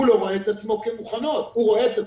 הוא לא רואה את עצמו --- הוא רואה את עצמו,